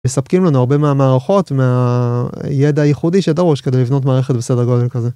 מספקים לנו הרבה מהמערכות מהידע הייחודי שדרוש כדי לבנות מערכת בסדר גודל כזה.